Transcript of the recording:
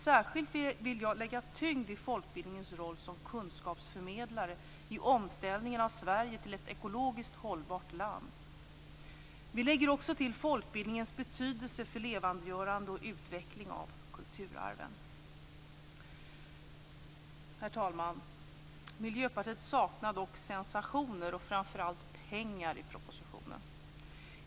Särskild tyngd vill jag lägga vid folkbildningens roll som kunskapsförmedlare i omställningen av Sverige till ett ekologiskt hållbart land. Vi lägger också till folkbildningens betydelse för levandegörande och utveckling av kulturarven. Herr talman! Miljöpartiet saknar dock sensationer och framför allt pengar i propositionen.